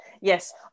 Yes